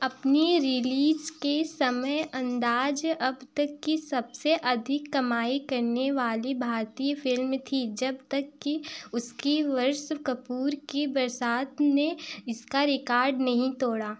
अपनी रिलीज़ के समय अंदाज़ अब तक की सबसे अधिक कमाई करने वाली भारतीय फ़िल्म थी जब तक कि उसी वर्ष कपूर की बरसात ने इसका रिकार्ड नहीं तोड़ा